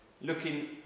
looking